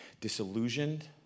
disillusioned